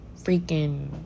freaking